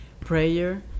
prayer